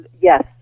yes